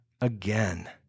again